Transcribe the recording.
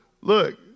Look